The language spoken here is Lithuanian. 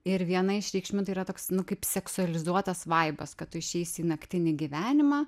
ir viena iš reikšmių tai yra toks nu kaip seksualizuotas vaibas kad tu išeisi į naktinį gyvenimą